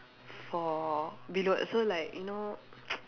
for below so like you know